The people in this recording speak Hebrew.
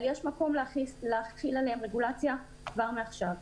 אבל יש מקום להחיל עליהן רגולציה כבר מעכשיו.